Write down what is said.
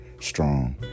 strong